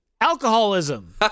Alcoholism